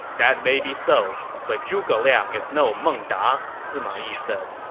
that may be so, but zhuge liang is no meng da, sima yi said.